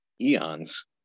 eons